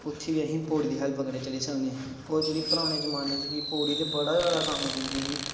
उत्थें बी अस पौड़ी दी हैल्प कन्नै चढ़ी सकने होर जेह्ड़ी परानें जमानें च ही पौड़ी ते बड़ा गै जादा बैनिफट दिंदी ही